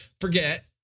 forget